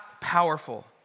powerful